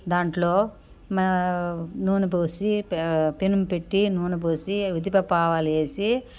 దాంట్లో మా నూనెపోసి పె పెనం పెట్టి నూనె పోసి ఉద్దిపప్పావాలు వేసి